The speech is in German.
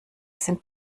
sind